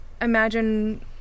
imagine